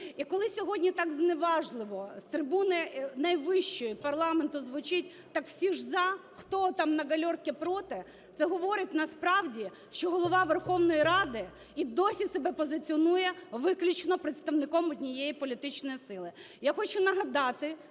І коли сьогодні так зневажливо з трибуни найвищої парламенту звучить: "Так всі ж – за. Хто там на галерке – проти?" Це говорить насправді, що Голова Верховної Ради України і досі себе позиціонує виключно представником однієї політичної сили.